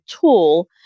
tool